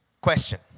Question